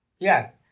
yes